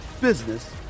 business